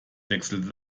wechselte